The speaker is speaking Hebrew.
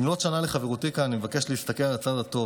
במלאת שנה לחברותי כאן אני מבקש להסתכל על הצד הטוב,